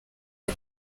ati